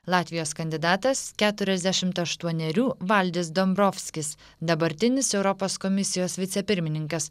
latvijos kandidatas keturiasdešimt aštuonerių valdis dambrovskis dabartinis europos komisijos vicepirmininkas